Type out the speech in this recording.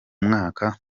mwaka